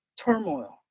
turmoil